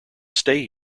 stay